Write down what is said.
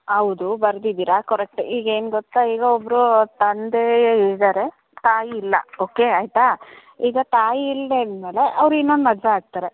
ಹೌದು ಬರ್ದಿದ್ದೀರಾ ಕರೆಕ್ಟ್ ಈಗ ಏನು ಗೊತ್ತಾ ಈಗ ಒಬ್ಬರು ತಂದೆ ಇದ್ದಾರೆ ತಾಯಿ ಇಲ್ಲ ಓಕೆ ಆಯಿತಾ ಈಗ ತಾಯಿ ಇಲ್ಲದೆ ಇದ್ದ ಮೇಲೆ ಅವ್ರು ಇನ್ನೊಂದು ಮದುವೆ ಆಗ್ತಾರೆ